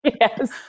Yes